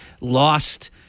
lost